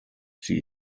sie